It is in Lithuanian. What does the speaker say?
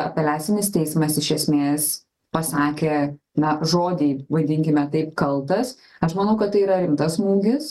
apeliacinis teismas iš esmės pasakė na žodį vadinkime taip kaltas aš manau kad tai yra rimtas smūgis